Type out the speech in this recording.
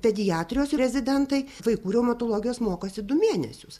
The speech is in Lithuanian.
pediatrijos rezidentai vaikų reumatologijos mokosi du mėnesius